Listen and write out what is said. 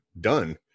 done